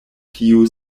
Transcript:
tiu